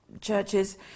churches